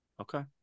Okay